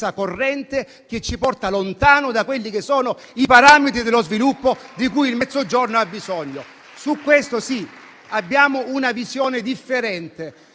corrente, che ci porta lontano dai parametri dello sviluppo di cui il Mezzogiorno ha bisogno. Su questo, sì, abbiamo una visione differente.